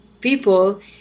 people